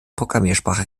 programmiersprache